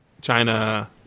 China